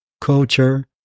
culture